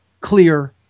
clear